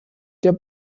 der